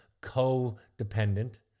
co-dependent